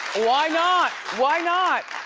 why not, why not?